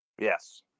Yes